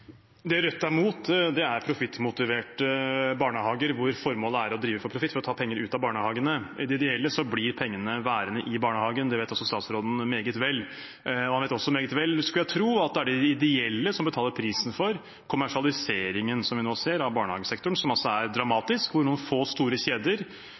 Det Rødt er mot, er profittmotiverte barnehager hvor formålet er å drive for profitt, for å ta penger ut av barnehagene. I de ideelle blir pengene værende i barnehagen, og det vet også statsråden meget vel. Han vet også meget vel, skulle jeg tro, at det er de ideelle som betaler prisen for kommersialiseringen som vi nå ser av barnehagesektoren, som altså er dramatisk, hvor noen få store kjeder